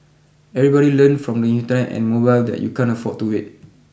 everybody learned from the Internet and mobile that you can't afford to wait